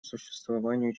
существованию